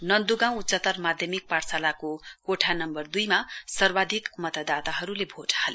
नन्दु गाउँ उच्चत्तर माध्यमिक पाठशालाको कोठा नम्बर दुईमा सर्वाधिक मतदाताहरूले भोट हाले